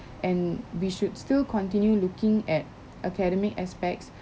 and we should still continue looking at academic aspects